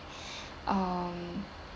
um